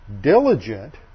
diligent